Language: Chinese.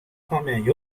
方面